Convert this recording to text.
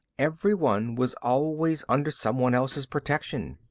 everyone was always under someone else's protection.